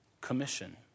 commission